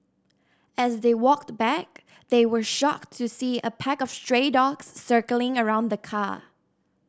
as they walked back they were shocked to see a pack of stray dogs circling around the car